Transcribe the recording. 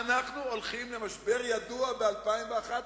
אנחנו הולכים למשבר ידוע ב-2011.